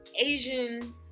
Asian